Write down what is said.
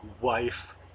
Wife